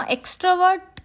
Extrovert